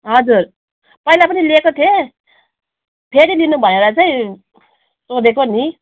हजुर पहिला पनि लिएको थिएँ फेरि लिनु भएर चाहिँ सोधेको नि